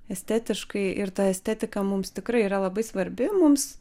estetiškai ir ta estetika mums tikrai yra labai svarbi mums